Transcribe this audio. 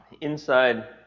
inside